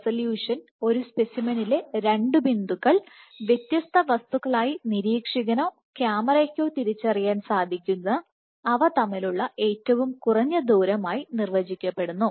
resolution ഒരു സ്പെസിമെനിലെ 2 ബിന്ദുക്കൾ വ്യത്യസ്ത വസ്തുക്കളായി നിരീക്ഷകനോ ക്യാമറയ്ക്കോ തിരിച്ചറിയാൻ സാധിക്കുന്ന അവ തമ്മിലുള്ള ഏറ്റവും കുറഞ്ഞ ദൂരമായി നിർവചിക്കപ്പെടുന്നു